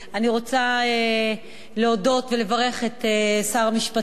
אני רוצה להודות ולברך את שר המשפטים